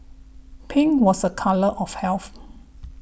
pink was a colour of health